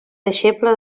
deixeble